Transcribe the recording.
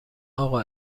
آقا